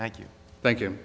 thank you thank you